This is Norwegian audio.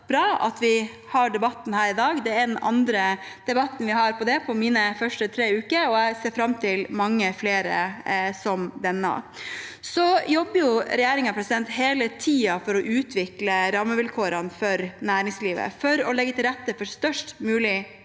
det også bra at vi har debatten her i dag. Det er den andre debatten vi har om det på mine første tre uker, og jeg ser fram til mange flere som denne. Regjeringen jobber hele tiden for å utvikle rammevilkårene for næringslivet, for å legge til rette for størst mulig